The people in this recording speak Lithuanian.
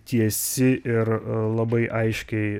tiesi ir a labai aiškiai